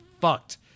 fucked